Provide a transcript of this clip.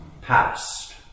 past